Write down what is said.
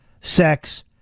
sex